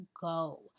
go